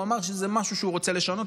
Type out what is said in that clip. הוא אמר שזה משהו שהוא רוצה לשנות.